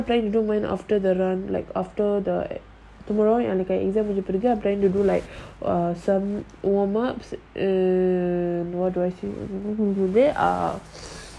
i'm planning to do mine after the run like after the tomorrow got the exam i'm planning to do like uh some warm ups and what do I see you know who they are